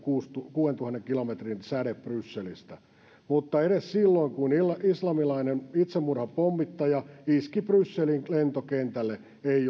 kuudentuhannen kilometrin säde brysselistä mutta edes silloin kun islamilainen itsemurhapommittaja iski brysselin lentokentälle ei